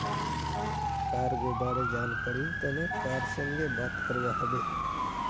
cargo बारे जानकरीर तने कार संगे बात करवा हबे